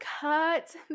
cut